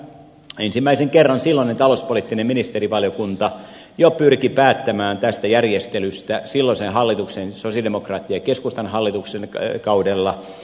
päivänä ensimmäisen kerran silloinen talouspoliittinen ministerivaliokunta jo pyrki päättämään tästä järjestelystä silloisen hallituksen sosialidemokraattien ja keskustan hallituksen kaudella